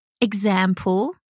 example